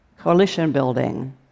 coalition-building